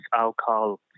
alcohol